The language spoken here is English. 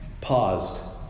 paused